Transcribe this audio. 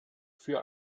für